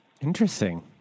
interesting